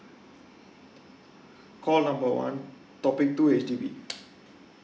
call number one topic two H_D_B